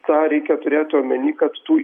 tą reikia turėt omeny kad tų